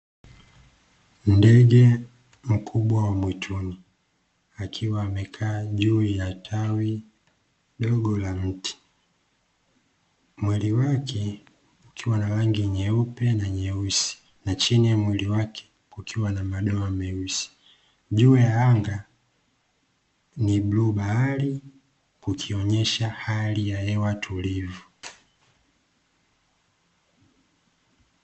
Ndege mkubwa wa mwituni akiwa amekaa juu ya tawi dogo la mti. Mwili wake ukiwa na rangi nyeupe na nyeusi, na chini ya mwili wake kukiwa na madoa meusi. Juu ya anga ni bluu bahari kukionyesha hali ya hewa tulivu.